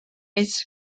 its